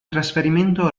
trasferimento